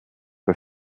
bei